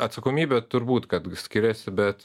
atsakomybė turbūt kad skiriasi bet